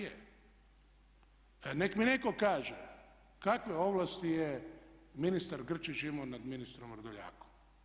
Nek mi neko kaže kakve ovlasti je ministar Grčić imao nad ministrom Vrdoljakom?